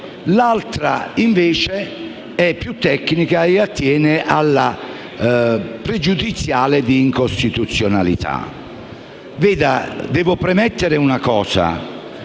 l'altra invece è più tecnica e attiene alla pregiudiziale di incostituzionalità.